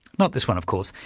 not this one of course,